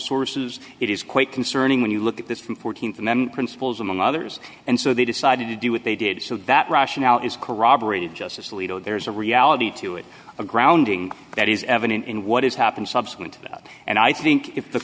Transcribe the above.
sources it is quite concerning when you look at this from th and then principals among others and so they decided to do what they did so that rationale is aberrated justice alito there's a reality to it a grounding that is evident in what has happened subsequent to that and i think if the